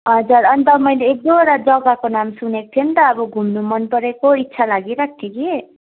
हजुर अन्त मैले एक दुइवटा जगाको नाम सुनेको थिए नि त घुम्नु मन परेको इच्छा लागिरहेको थियो कि